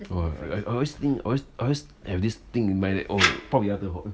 !wah! I I also have this thing in mind that 龅牙的 hor